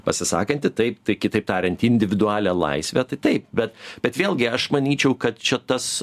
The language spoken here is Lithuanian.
pasisakanti taip tai kitaip tariant individualią laisvę tai taip bet bet vėlgi aš manyčiau kad šitas